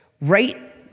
right